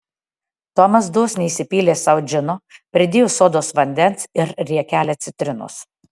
tomas dosniai įsipylė sau džino pridėjo sodos vandens ir riekelę citrinos